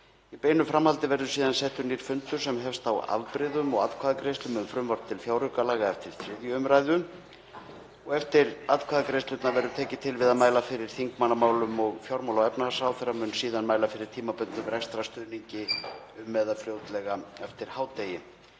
Í beinu framhaldi verður síðan settur nýr fundur sem hefst á afbrigðum og atkvæðagreiðslum um frumvarp til fjáraukalaga eftir 3. umræðu. Eftir atkvæðagreiðslurnar verður tekið til við að mæla fyrir þingmannamálum og fjármála- og efnahagsráðherra mun síðan mæla fyrir tímabundnum rekstrarstuðningi um eða fljótlega eftir hádegi.